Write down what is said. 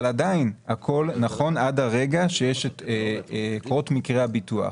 אבל עדיין הכול נכון עד הרגע של קרות מקרה הביטוח.